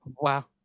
Wow